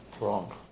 Wrong